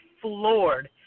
floored